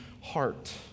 heart